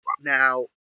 Now